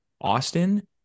Austin